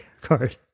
card